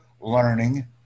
learning